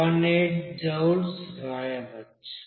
18 joules రాయవచ్చు